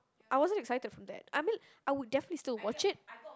I wasn't excited for that I mean I would definitely still watch it